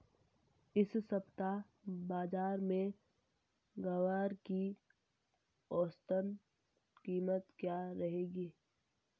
इस सप्ताह बाज़ार में ग्वार की औसतन कीमत क्या रहेगी?